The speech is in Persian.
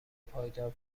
پایدار